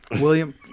William